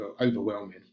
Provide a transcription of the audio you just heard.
overwhelming